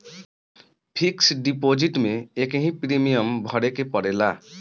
fix deposit में एकही premium भरे के पड़ेला